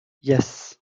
yes